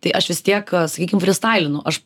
tai aš vis tiek sakykim frystailinu aš